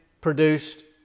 produced